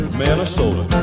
minnesota